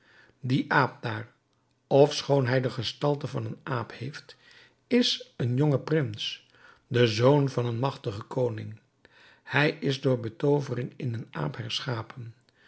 die aap daar ofschoon hij de gestalte van een aap heeft is een jonge prins de zoon van een magtigen koning hij is door betoovering in een aap herschapen